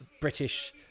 British